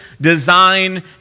design